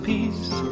Peace